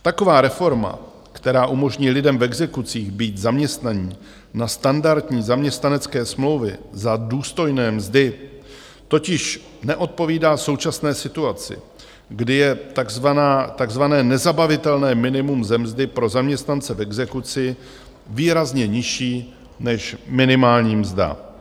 Taková reforma, která umožní lidem v exekucích být zaměstnaní na standardní zaměstnanecké smlouvy za důstojné mzdy, totiž neodpovídá současné situaci, kdy je takzvané nezabavitelné minimum ze mzdy pro zaměstnance v exekuci výrazně nižší než minimální mzda.